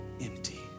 empty